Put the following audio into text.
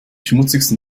schmutzigsten